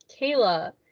Kayla